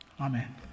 Amen